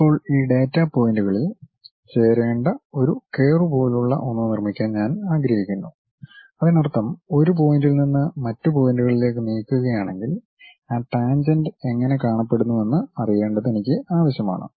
ഇപ്പോൾ ഈ ഡാറ്റാ പോയിന്റുകളിൽ ചേരേണ്ട ഒരു കർവ് പോലുള്ള ഒന്ന് നിർമ്മിക്കാൻ ഞാൻ ആഗ്രഹിക്കുന്നു അതിനർത്ഥം ഒരു പോയിൻ്റിൽ നിന്ന് മറ്റ് പോയിന്റുകളിലേക്ക് നീക്കുകയാണെങ്കിൽ ആ ടാൻജെന്റ് എങ്ങനെ കാണപ്പെടുന്നുവെന്ന് അറിയണ്ടത് എനിക്ക് ആവശ്യമാണ്